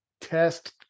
test